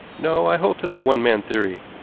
no, i hold to the one man theory.